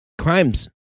crimes